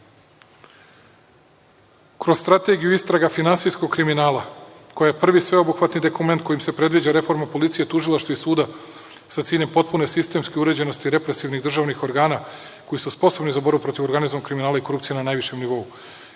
kroz strategiju istraga finansijskog kriminala, koja je prvi sveobuhvatni dokument kojim se predviđa reforma policije, tužilaštva i suda sa ciljem potpune sistemske uređenosti i represivnih državnih organa koji su sposobni za borbu protiv organizovanog kriminala i korupcije na najvišem nivou,